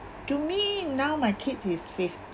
to me now my kid is with